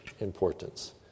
Importance